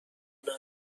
ریخته